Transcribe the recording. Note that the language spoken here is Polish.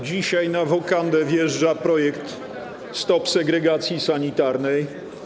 Dzisiaj na wokandę wjeżdża projekt: stop segregacji sanitarnej.